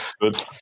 Good